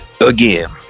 Again